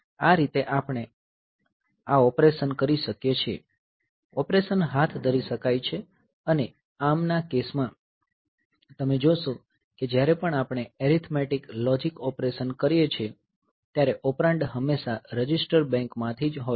આ રીતે આપણે આ ઓપરેશન કરી શકીએ છીએ ઓપરેશન હાથ ધરી શકાય છે અને ARM ના કેસ માં તમે જોશો કે જ્યારે પણ આપણે એરીથમેટીક લોજિક ઓપરેશન કરીએ છીએ ત્યારે ઓપરેન્ડ હંમેશા રજિસ્ટર બેંક માંથી જ હોય છે